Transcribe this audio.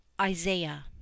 Isaiah